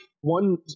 one